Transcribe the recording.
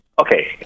Okay